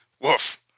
Woof